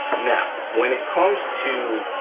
now, when it comes to